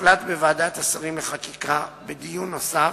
הוחלט בוועדת השרים לחקיקה, בדיון נוסף,